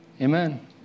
Amen